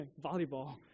volleyball